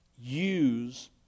use